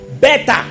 better